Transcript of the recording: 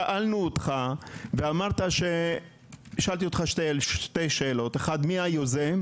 שאלתי אותך שתי שאלות: האחת מי היוזם?